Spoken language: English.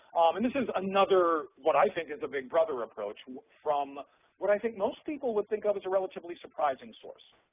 and this is another what i think is the big brother approach from what i think most people would think of as a relatively surprising source.